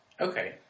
Okay